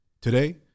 Today